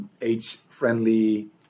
age-friendly